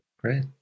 Great